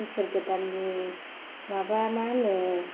बोसोर गोदाननि माबा मा होनो